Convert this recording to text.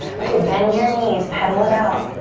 okay, bend your knees, pedal it out.